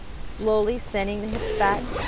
slowly sending the hips back,